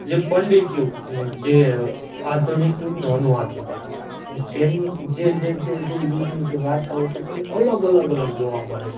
જે પંડિત યુગ ને ને આધુનિક યુગ અને અનુઆધુનિક યુગ જેની જે જે જે યુગની જે વાર્તાઓ છે તેમાં અલગ અલગ અલગ જોવા મળે છે